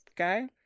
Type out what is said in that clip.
Okay